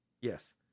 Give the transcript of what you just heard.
Yes